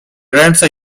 ręce